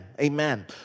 Amen